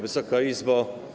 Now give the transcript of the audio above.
Wysoka Izbo!